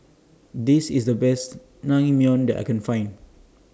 This IS The Best Naengmyeon that I Can Find